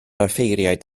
offeiriad